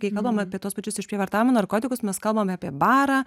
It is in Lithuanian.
kai kalbam apie tuos pačius išprievartavimo narkotikus mes kalbame apie barą